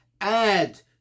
add